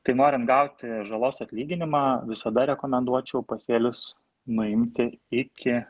tai norint gauti žalos atlyginimą visada rekomenduočiau pasėlius nuimti iki